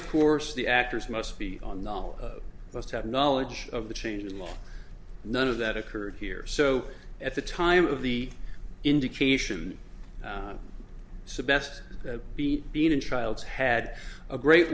of course the actors must be on the all must have knowledge of the changes in law none of that occurred here so at the time of the indication so best beat being in trials had a great